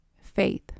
Faith